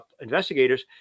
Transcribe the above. investigators